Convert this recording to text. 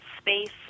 space